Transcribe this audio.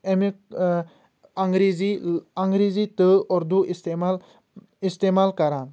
امہِ انگریزی انگریٖزی تہٕ اُردوٗ لفٕظ اِستعمال کران